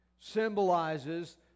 symbolizes